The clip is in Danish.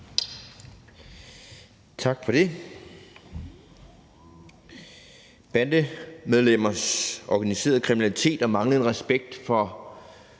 Tak for det. Bandemedlemmers organiserede kriminalitet og manglende respekt for